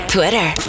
Twitter